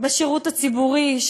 בשירות הציבורי,